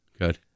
Good